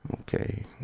Okay